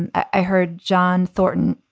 and i heard john thornton,